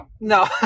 No